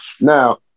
Now